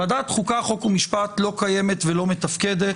היא לא קיימת ולא מתפקדת.